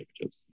images